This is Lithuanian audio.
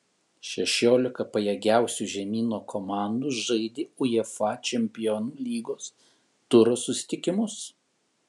šešiolika pajėgiausių žemyno komandų žaidė uefa čempionų lygos turo susitikimus